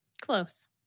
Close